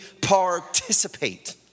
participate